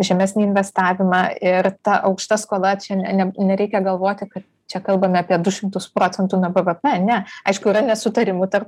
žemesnį investavimą ir ta aukšta skola čia ne nereikia galvoti kad čia kalbame apie du šimtus procentų nuo bevepe aišku yra nesutarimų tarp